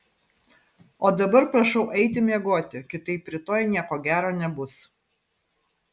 o dabar prašau eiti miegoti kitaip rytoj nieko gero nebus